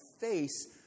face